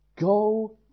Go